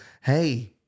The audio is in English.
Hey-